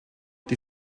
die